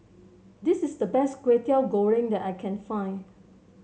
this is the best Kway Teow Goreng that I can find